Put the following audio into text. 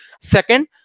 Second